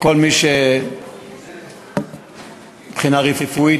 כל מי שמבחינה רפואית,